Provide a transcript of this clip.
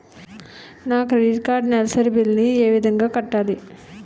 నా credit card నెలసరి bill ని ఏ విధంగా కట్టాలి?